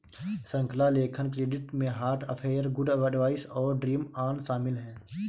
श्रृंखला लेखन क्रेडिट में हार्ट अफेयर, गुड एडवाइस और ड्रीम ऑन शामिल हैं